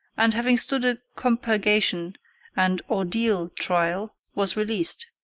and, having stood a compurgation and ordeal trial, was released.